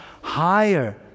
higher